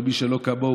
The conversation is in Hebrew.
ומי שלא כמוהו,